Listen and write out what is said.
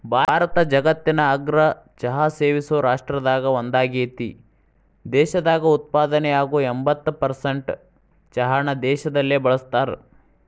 ಭಾರತ ಜಗತ್ತಿನ ಅಗ್ರ ಚಹಾ ಸೇವಿಸೋ ರಾಷ್ಟ್ರದಾಗ ಒಂದಾಗೇತಿ, ದೇಶದಾಗ ಉತ್ಪಾದನೆಯಾಗೋ ಎಂಬತ್ತ್ ಪರ್ಸೆಂಟ್ ಚಹಾನ ದೇಶದಲ್ಲೇ ಬಳಸ್ತಾರ